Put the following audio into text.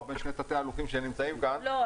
בין שני תתי-אלופים שנמצאים כאן -- לא,